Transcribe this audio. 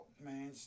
man